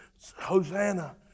Hosanna